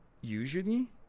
Usually